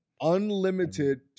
unlimited